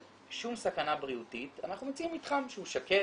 שום סכנה בריאותית אנחנו מציעים מתחם שהוא שקט,